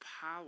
power